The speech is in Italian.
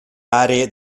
aree